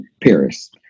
Paris